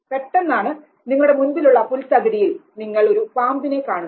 പെട്ടെന്നാണ് നിങ്ങളുടെ മുൻപിലുള്ള പുൽത്തകിടിയിൽ നിങ്ങൾ ഒരു പാമ്പിനെ കാണുന്നത്